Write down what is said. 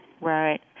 right